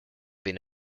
been